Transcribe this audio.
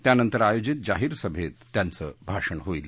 त्यानंतर आयोजित जाहीर सभेत त्यांचं भाषण होईल